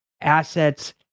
assets